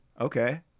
Okay